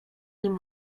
nim